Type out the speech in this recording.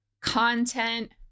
content